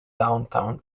downtown